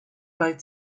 both